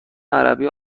عربی